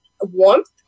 warmth